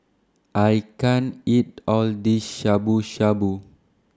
I can't eat All of This Shabu Shabu